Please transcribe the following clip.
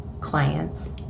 clients